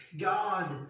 God